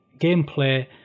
gameplay